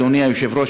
אדוני היושב-ראש,